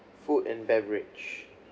food and beverage